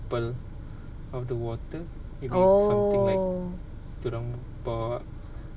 oh